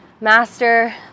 Master